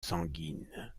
sanguine